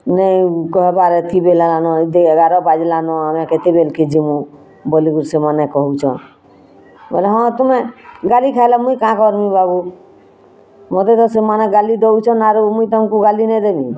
ନେହିଁ କହିବାର୍ ଥିବାଲେଣ ଏଗାର ବାଜିଲାନୋ ଆମେ କେେବେଲେ କେଁ ଯିବୁଁ ବୋଲିଁ କେ ସେମାନେ କହୁଁସନ୍ ହଁ ତୁମେ ଗାଡ଼ି ଖରାପ ମୁଁ କାଁ କରିବୁଁ ବାବୁ ମତେ ତ ସେମାନେ ଗାଲି ଦଉଛଁନ୍ ଆରୁ ମୁଁ ତାଙ୍କୁ ଗାଲି ନା ଦେବିଁ